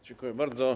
Dziękuję bardzo.